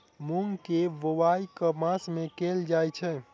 मूँग केँ बोवाई केँ मास मे कैल जाएँ छैय?